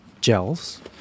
gels